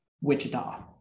Wichita